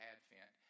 Advent